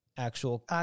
actual